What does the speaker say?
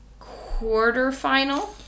quarterfinal